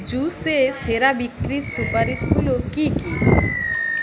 juice এ সেরা বিক্রির সুপারিশগুলো কী কী